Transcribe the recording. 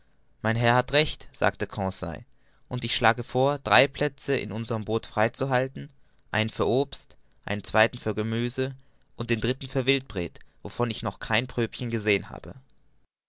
mein herr hat recht sagte conseil und ich schlage vor drei plätze in unserm boot frei zu halten einen für obst einen zweiten für gemüse und den dritten für wildpret wovon ich noch kein pröbchen gesehen habe